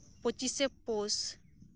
ᱯᱩᱪᱤᱥᱮ ᱯᱳᱥ